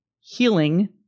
healing